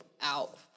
out